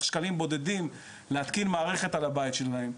שקלים בודדים להתקין מערכת על הבית שלהם?